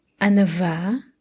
anava